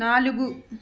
నాలుగు